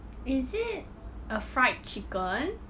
is it a fried chicken